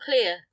clear